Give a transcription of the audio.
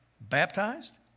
baptized